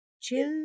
chill